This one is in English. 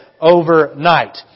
overnight